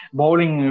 bowling